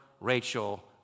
Rachel